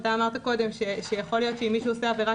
אמרת קודם שיכול להיות שאם מישהו עושה עבירה